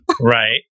Right